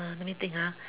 uh let me think ah